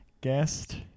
guest